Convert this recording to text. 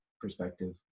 perspective